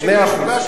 מאה אחוז.